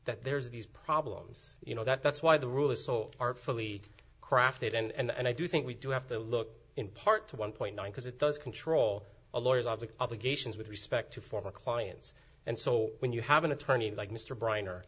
that there's these problems you know that that's why the rule is so artfully crafted and i do think we do have to look in part to one point one because it does control a lawyers object obligations with respect to former clients and so when you have an attorney like mr bryan or